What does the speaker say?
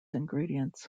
ingredients